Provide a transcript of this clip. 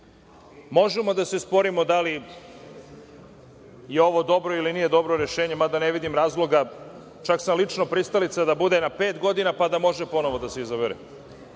Možemo da se sporimo da li je ovo dobro ili nije dobro rešenje, mada ne vidim razloga, čak sam lično pristalica da bude na pet godina pa da može ponovo da se izabere.